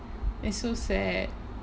it's so sad